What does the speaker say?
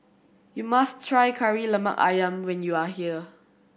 you must try Kari Lemak Ayam when you are here